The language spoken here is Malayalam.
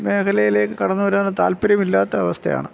മേഖലയിലേക്ക് കടന്നുവരാന് താല്പര്യമില്ലാത്ത അവസ്ഥയാണ്